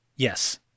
Yes